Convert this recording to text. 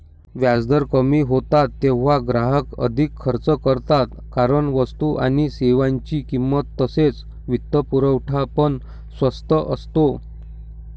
व्याजदर कमी होतात तेव्हा ग्राहक अधिक खर्च करतात कारण वस्तू आणि सेवांची किंमत तसेच वित्तपुरवठा पण स्वस्त असतो